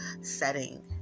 setting